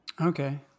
Okay